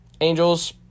Angels